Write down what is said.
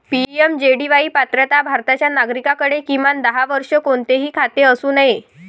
PMJDY पात्रता भारताच्या नागरिकाकडे, किमान दहा वर्षे, कोणतेही खाते असू नये